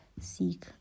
seek